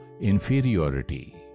inferiority